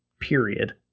period